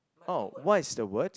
oh what is the word